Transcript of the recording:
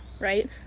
right